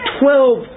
twelve